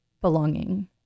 belonging